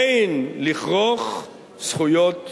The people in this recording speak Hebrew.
אין לכרוך זכויות בחובות.